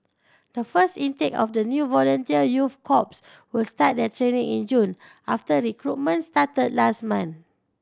the first intake of the new volunteer youth corps will start their training in June after recruitment started last month